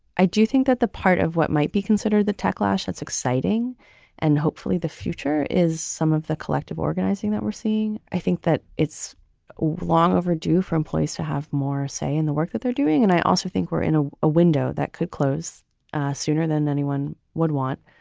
i do think that the part of what might be considered considered the tech lash, that's exciting and hopefully the future is some of the collective organizing that we're seeing. i think that it's long overdue for employees to have more say in the work that they're doing. and i also think we're in a a window that could close sooner than anyone would want,